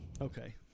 Okay